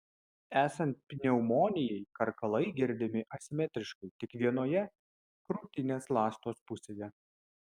esant pneumonijai karkalai girdimi asimetriškai tik vienoje krūtinės ląstos pusėje